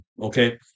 okay